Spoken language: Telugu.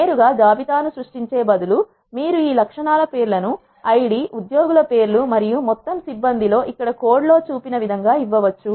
నేరుగా జాబితా ను సృష్టించే బదులు మీరు ఈ లక్షణాల పేర్లను ఐడి ఉద్యోగుల పేర్లు మరియు మొత్తం సిబ్బంది లో ఇక్కడ కోడ్ లో లో చూపిన విధంగా ఇవ్వవచ్చు